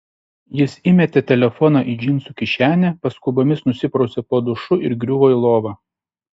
jis įmetė telefoną į džinsų kišenę paskubomis nusiprausė po dušu ir griuvo į lovą